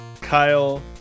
Kyle